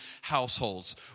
Households